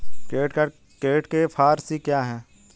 Credit के four C क्या हैं?